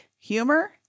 Humor